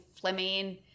Fleming